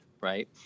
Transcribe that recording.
right